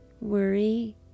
Worry